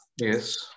Yes